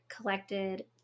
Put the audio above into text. collected